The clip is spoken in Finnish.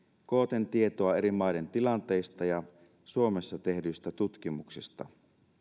kooten tietoa eri maiden tilanteista ja suomessa tehdyistä tutkimuksista